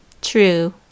True